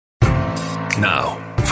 Now